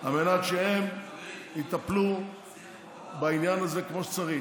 על מנת שהם יטפלו בעניין הזה כמו שצריך.